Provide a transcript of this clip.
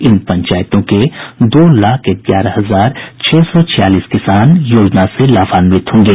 इन पंचायतों के दो लाख ग्यारह हजार छह सौ छियालीस किसान योजना से लाभांवित होंगे